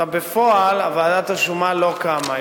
בפועל ועדת השומה לא קמה.